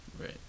Right